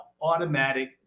automatic